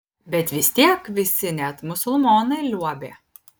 bet vis tiek visi net musulmonai liuobė